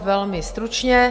Velmi stručně.